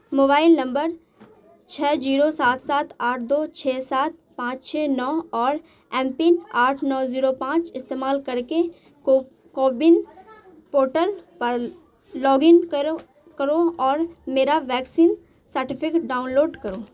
mobile number چھ zero سات سات آٹھ دو چھ سات پانچ چھ نو اور ایم پن آٹھ نو زیرو پانچ استعمال کر کے کو کوبن پورٹل پر لاگ ان کرو کرو اور میرا ویکسین سنٹر ڈاؤن لوڈ کرو